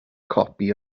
copi